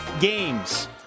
games